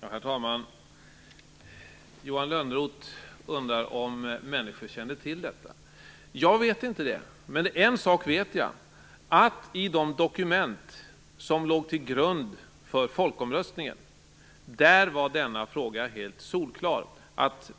Herr talman! Johan Lönnroth undrar om människor kände till det här. Jag vet inte. Men en sak vet jag: I de dokument som låg till grund för folkomröstningen var denna fråga helt solklar.